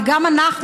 וגם אנחנו,